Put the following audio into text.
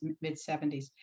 mid-70s